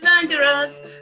dangerous